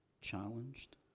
challenged